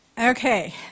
Okay